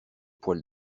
poils